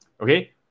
Okay